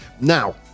Now